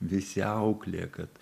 visi auklėja kad